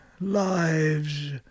lives